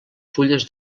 fulles